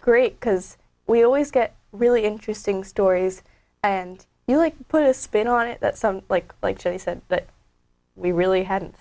great because we always get really interesting stories and you like put a spin on it that some like like she said that we really hadn't